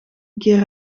keer